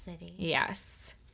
yes